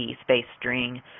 space-string